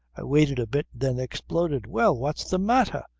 i waited a bit then exploded. well! what's the matter?